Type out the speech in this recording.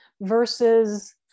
versus